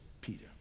Peter